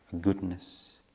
goodness